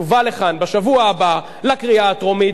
יובא לכאן בשבוע הבא לקריאה הטרומית,